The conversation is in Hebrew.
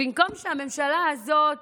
במקום שהממשלה הזאת